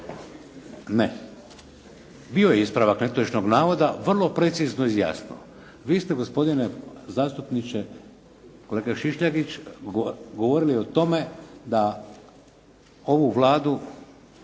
Ne! Bio je ispravak netočnog navoda, vrlo precizno i jasno. Vi ste gospodine zastupniče, kolega Šišljagić govorili o tome da ovu Vladu